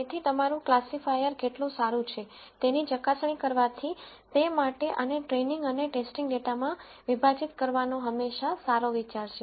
તેથી તમારું ક્લાસિફાયર કેટલું સારું છે તેની ચકાસણી કરવાથી તે માટે આને ટ્રેઈનીંગ અને ટેસ્ટિંગ ડેટામાં વિભાજીત કરવાનો હંમેશાં સારો વિચાર છે